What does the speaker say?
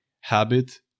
habit